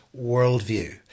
worldview